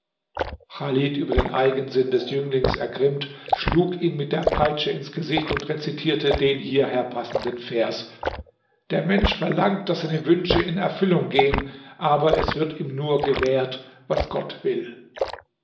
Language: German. über den eigensinn des jünglings ergrimmt schlug ihn mit der peitsche ins gesicht und rezitierte den hierher passenden vers der mensch verlangt daß seine wünsche in erfüllung gehen aber es wird ihm nur gewährt was gott will